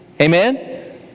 Amen